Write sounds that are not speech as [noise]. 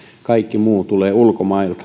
kaikki muu tulee ulkomailta [unintelligible]